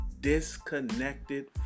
disconnected